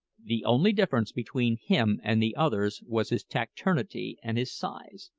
the only difference between him and the others was his taciturnity and his size,